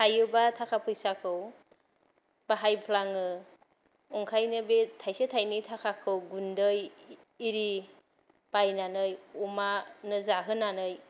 थायोबा थाखा फैसाखौ बाहायफ्लाङो ओंखायनो बे थायसे थायनै थाखाखौ गुन्दै एरि बायनानै अमानो जाहोनानै